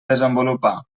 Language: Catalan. desenvolupar